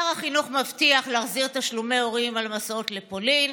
שר החינוך מבטיח להחזיר תשלומי הורים על מסעות לפולין,